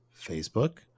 facebook